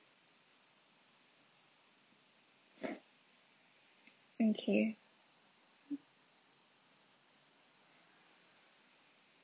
okay